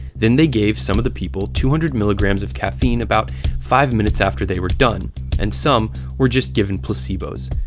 then they gave some of the people two hundred milligrams of caffeine about five minutes after they were done and some were just given placebos.